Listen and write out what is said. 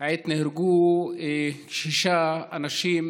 עת נהרגו שישה אנשים,